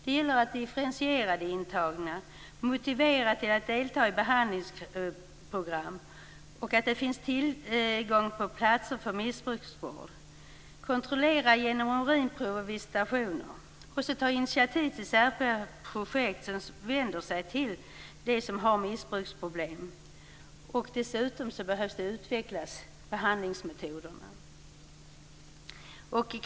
Det gäller att differentiera de intagna, motivera dem att delta i behandlingsprogram, se till att det finns tillgång på platser för missbrukarvård, kontrollera genom urinprov och visitationer och ta initiativ till särskilda projekt som vänder sig till dem som har missbruksproblem. Dessutom behöver behandlingsmetoderna utvecklas.